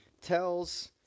tells